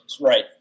right